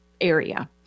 area